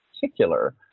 particular